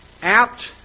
apt